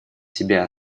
себя